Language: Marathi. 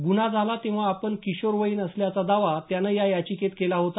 गुन्हा झाला तेव्हा आपण किशोरवयीन असल्याचा दावा त्यानं या याचिकेत केला होता